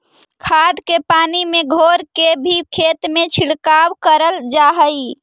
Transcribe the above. खाद के पानी में घोर के भी खेत में छिड़काव कयल जा हई